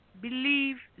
believe